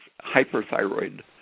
hyperthyroid